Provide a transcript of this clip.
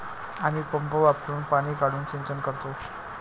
आम्ही पंप वापरुन पाणी काढून सिंचन करतो